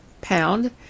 pound